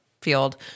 field